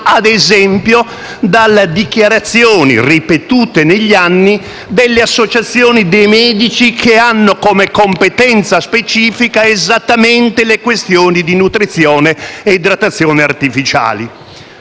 ad esempio, dalle dichiarazioni, ripetute negli anni, delle associazioni dei medici che hanno come competenza specifica esattamente le questioni della nutrizione e dell'idratazione artificiali.